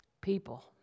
people